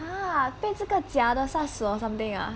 !huh! 被这个假的杀死 or something ah